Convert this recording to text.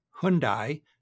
Hyundai